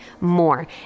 more